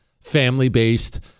family-based